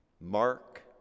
Mark